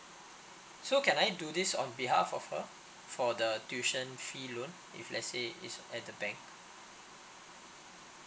so can I do this on behalf of her for the tuition loan if let's say is at the bank